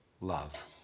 love